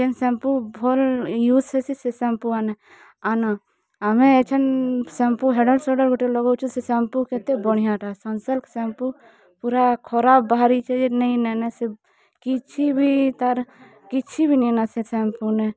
ଜେନ shampoo ଭଲ use ହେସି ସେ ସାମ୍ପୁ ଆନେ ଆନ ଆମେ ଏଛେନ ସାମ୍ପୁ ହେଡ଼ ଆଣ୍ଡ ସୋଲଡ଼ର ଗୋଟେ ଲଗଉଚୁ ସେ ସାମ୍ପୁ କେତେ ବଢ଼ିଆଁଟା ସନସିଲ୍କ ସାମ୍ପୁ ପୁରା ଖରାପ ବାହାରିଚେ ଜେ ନେଇଁ ନେ ନେ ସେ କିଛି ବି ତାର କିଛି ବି ନେଇଁ ନାଁ ସେ ସାମ୍ପୁନେ